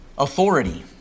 Authority